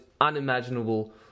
unimaginable